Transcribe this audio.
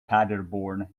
paderborn